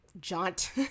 jaunt